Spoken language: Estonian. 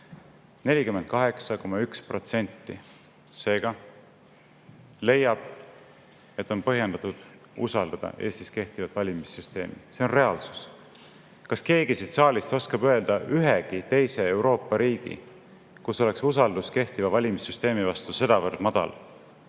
48,1% kodanikest leiab, et on põhjendatud usaldada Eestis kehtivat valimissüsteemi. See on reaalsus. Kas keegi siit saalist oskab öelda ühegi teise Euroopa riigi, kus oleks usaldus kehtiva valimissüsteemi vastu sedavõrd madal?